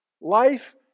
Life